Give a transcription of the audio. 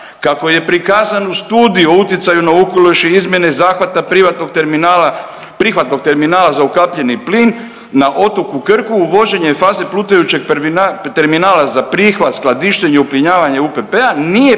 kako je prikazan u Studiji o utjecaju na okoliš i izmjene zahvata prihvatnog terminala za ukapljeni plin na otoku Krku uvođenje fazi plutajućeg terminala za prihvat, skladištenje, uplinjavanje UPP-a nije prihvatljiv